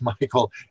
Michael